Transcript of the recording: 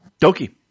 Doki